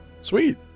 Sweet